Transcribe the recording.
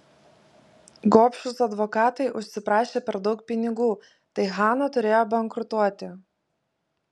gobšūs advokatai užsiprašė per daug pinigų tai hana turėjo bankrutuoti